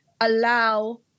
allow